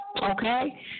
Okay